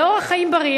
לאורח חיים בריא,